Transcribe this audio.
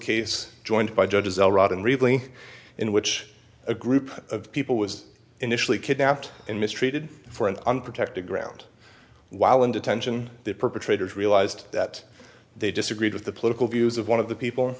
really in which a group of people was initially kidnapped in mistreated for an unprotected ground while in detention the perpetrators realised that they disagreed with the political views of one of the people